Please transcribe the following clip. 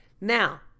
Now